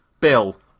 Bill